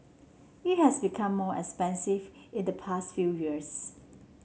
it has become more expensive in the past few years